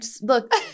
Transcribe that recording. Look